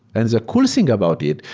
and the cool thing about it,